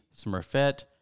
Smurfette